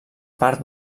part